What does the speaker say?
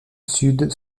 sud